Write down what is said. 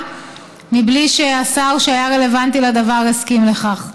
בלי שהשר שהיה רלוונטי לדבר הסכים לכך.